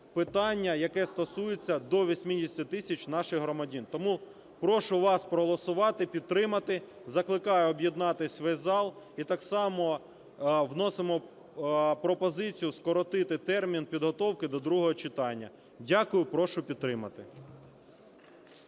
питання, яке стосується до 80 тисяч наших громадян. Тому прошу вас проголосувати і підтримати, закликаю об'єднатись весь зал. І так само вносимо пропозицію скоротити термін підготовки до другого читання. Дякую. Прошу підтримати.